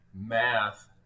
math